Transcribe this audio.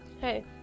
Hey